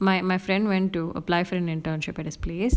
my my friend went to apply for an internship at his place